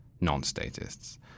non-statists